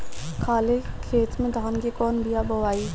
खाले खेत में धान के कौन बीया बोआई?